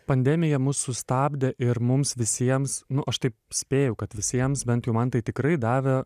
pandemija mus sustabdė ir mums visiems nu aš taip spėju kad visiems bent jau man tai tikrai davė